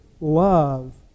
love